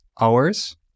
hours